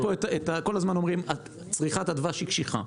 כל הזמן אומרים שצריכת הדבש היא קשיחה.